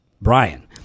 Brian